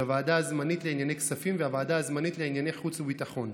של הוועדה הזמנית לענייני כספים והוועדה הזמנית לענייני חוץ וביטחון.